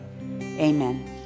amen